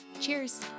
Cheers